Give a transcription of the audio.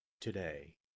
today